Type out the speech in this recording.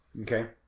Okay